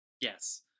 Yes